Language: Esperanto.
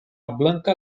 blanka